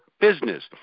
business